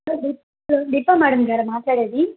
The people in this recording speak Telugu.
సార్ దీప్ దీప మేడం గారా మాట్లాడేది